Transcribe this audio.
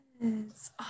yes